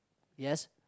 yes